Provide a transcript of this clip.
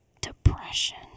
depression